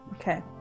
Okay